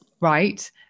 right